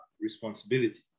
responsibility